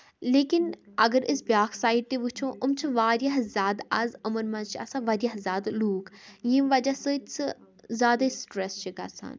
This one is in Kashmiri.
لیکِن اگر أسۍ بیٛاکھ سایڈ تہِ وُچھو یِم چھِ واریاہ زیادٕ اَز یِمَن منٛز چھِ آسان واریاہ زیادٕ لوٗکھ ییٚمہِ وَجہ سۭتۍ سُہ زیادَے سِٹرٛس چھِ گَژھان